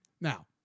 Now